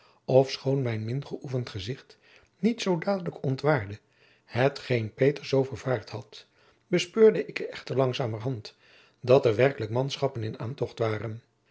ofschoon mijn min geoefend gezicht niet zoo dadelijk ontwaarde hetgeen peter zoo vervaard had bespeurde ik echter langzamerhand dat er werkelijk manschappen in aantocht waren